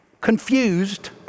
confused